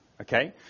Okay